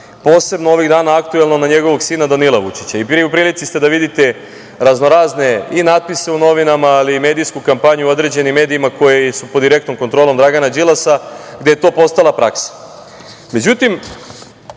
posebno ovih dana aktuelno, na njegovog sina, Danila Vučića. U prilici ste da vidite raznorazne i natpise u novinama, ali i medijsku kampanju u određenim medijima koji su pod direktnom kontrolom Dragana Đilasa, gde je to postala